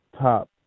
top